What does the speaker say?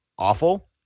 awful